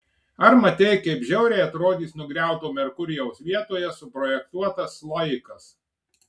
ar matei kaip žiauriai atrodys nugriauto merkurijaus vietoje suprojektuotas sloikas